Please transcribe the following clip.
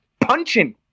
punching